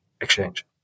exchange